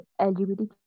LGBT